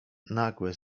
nagłe